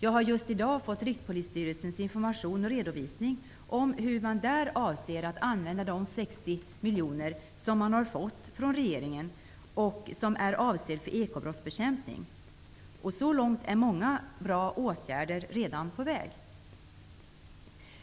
Jag har just i dag fått Rikspolisstyrelsens information och redovisning om hur man där avser att använda de 60 miljoner som man har fått från regeringen och som är avsedda för ekobrottsbekämpning. Så långt är många bra åtgärder redan på väg.